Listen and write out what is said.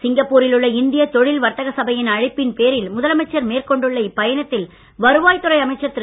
சிங்கப்பூரில் உள்ள இந்திய தொழில் வர்த்தக சபையின் அழைப்பின் பேரில் முதலமைச்சர் மேற்கொண்டுள்ள இப்பயணத்தில் வருவாய் துறை அமைச்சர் திரு